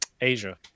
asia